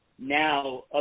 now